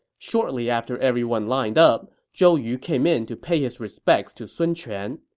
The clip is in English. shortly after everyone lined up, zhou yu came in to pay his respects to sun quan.